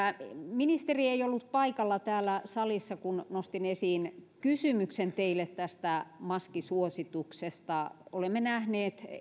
ministeri ei ollut paikalla täällä salissa kun nostin esiin kysymyksen teille tästä maskisuosituksesta olemme nähneet